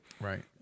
Right